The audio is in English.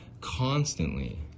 constantly